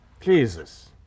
Jesus